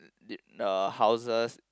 d~ the houses